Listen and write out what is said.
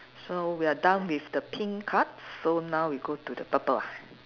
so we are done with the pink cards so now we go to the purple one